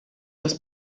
das